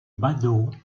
badauds